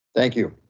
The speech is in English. thank you.